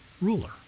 ruler